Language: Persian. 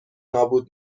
نابود